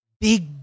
big